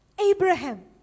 Abraham